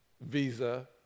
Visa